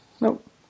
Nope